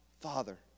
Father